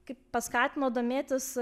kaip paskatino domėtis